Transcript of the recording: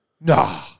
nah